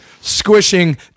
squishing